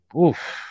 oof